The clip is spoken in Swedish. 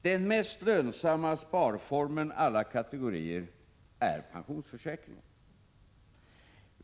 Den mest lönsamma sparformen alla kategorier är pensionsförsäkringarna.